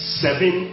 seven